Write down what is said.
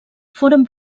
foren